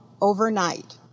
overnight